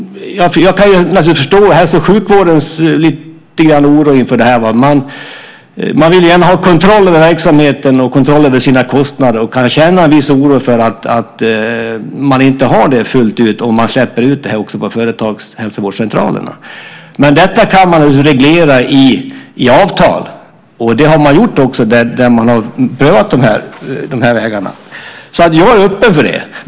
Jag kan naturligtvis förstå att hälso och sjukvården känner lite oro inför det här. Man vill gärna ha kontroll över verksamheten och kontroll över sina kostnader och kan känna en viss oro för att man inte har det fullt ut om man släpper ut det här på företagshälsovårdscentralerna. Detta kan man naturligtvis reglera i avtal. Det har man gjort där dessa vägar har prövats. Jag är öppen för det.